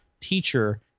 teacher